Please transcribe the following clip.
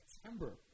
September